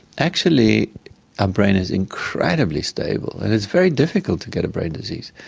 actually a brain is incredibly stable, and it's very difficult to get a brain disease.